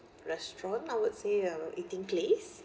restaurant I would say uh eating place